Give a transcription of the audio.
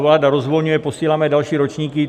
Vláda rozvolňuje, posíláme další ročníky.